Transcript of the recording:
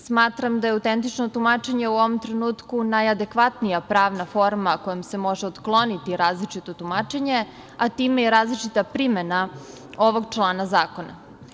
Smatram da je autentično tumačenje u ovom trenutku najadekvatnija pravna forma kojom se može otkloniti različito tumačenje, a time i različita primena ovog člana zakona.